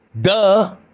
Duh